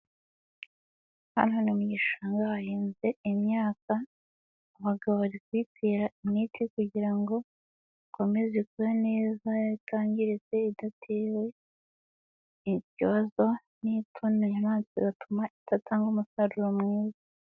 Hano ni mu gishanga hahinze imyaka abagabo bari kuyitera imite kugira ngo ikomeze ikure neza itangiritse, idatewe ikibazo n'ibyonyi bigatuma idatanga umusaruro mwiza.